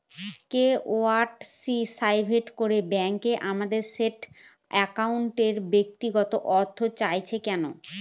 KYC survey করে bank আমাদের saving অ্যাকাউন্টের ব্যক্তিগত তথ্য চাইছে কেন?